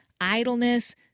idleness